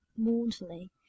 mournfully